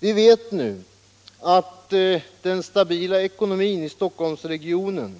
Vi vet nu också att den stabila ekonomin i Stockholmsregionen